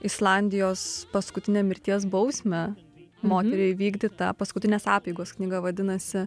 islandijos paskutinę mirties bausmę moteriai įvykdytą paskutinės apeigos knyga vadinasi